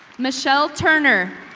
michelle turner.